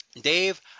Dave